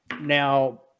Now-